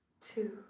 Two